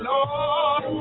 Lord